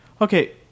Okay